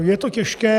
Je to těžké.